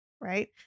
right